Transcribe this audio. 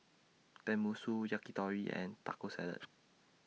Tenmusu Yakitori and Taco Salad